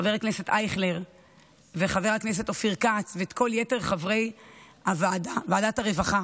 חבר הכנסת אייכלר וחבר הכנסת אופיר כץ ואת כל יתר חברי ועדת הרווחה